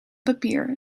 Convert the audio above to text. papier